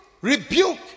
rebuke